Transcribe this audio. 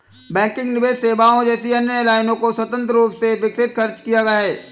banking निवेश सेवाओं जैसी अन्य लाइनों को स्वतंत्र रूप से विकसित खर्च किया है